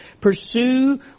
Pursue